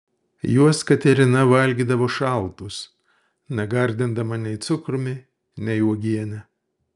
juos katerina valgydavo šaltus negardindama nei cukrumi nei uogiene